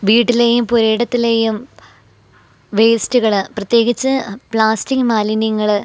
വീട്ടിലെയും പുരയിടത്തിലേയും വേസ്റ്റ്കള് പ്രത്യേകിച്ച് പ്ലാസ്റ്റിക്ക് മാലിന്യങ്ങള്